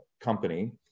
company